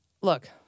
look